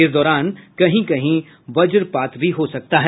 इस दौरान कहीं कहीं वज्रपात भी हो सकता है